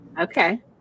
Okay